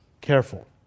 careful